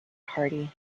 hardy